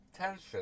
Tension